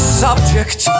subject